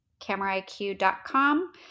CameraIQ.com